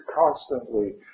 constantly